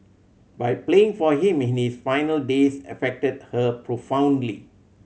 but playing for him in his final days affected her profoundly